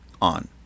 on